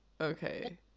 okay